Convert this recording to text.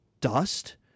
dust